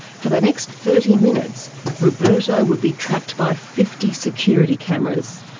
for the next thirty minutes roberto would be tracked by fifty security cameras.